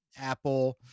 Apple